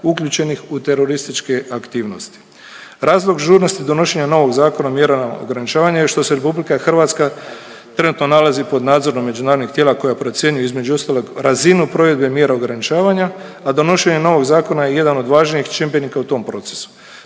uključenih u terorističke aktivnosti. Razlog žurnosti donošenja novog Zakona o mjerama ograničavanja je što se RH trenutno nalazi pod nadzorom međunarodnih tijela koja procjenjuju između ostalog razinu provedbe mjera ograničavanja, a donošenje novog zakona je jedan od važnijih čimbenika u tom procesu.